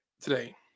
today